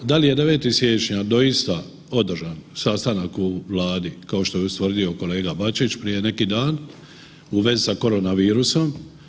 Da li je 9. siječnja doista održan sastanak u Vladi, kao što je ustvrdio kolega Bačić prije neki dan u vezi sa koronavirusom.